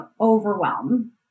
overwhelm